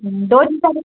ଦୁଇ ଦିନ୍ ପରେ